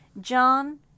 John